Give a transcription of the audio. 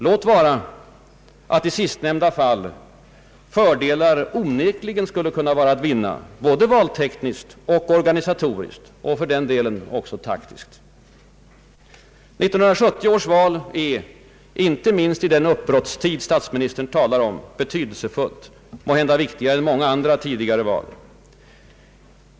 Låt vara att i sistnämnda fall fördelar onekligen skulle kunna vara att vinna både valtekniskt och organisatoriskt, och för den delen även taktiskt. 1970 års val är inte minst i den uppbrottstid som statsministern talar om betydelsefullt, måhända viktigare än många tidigare val.